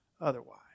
otherwise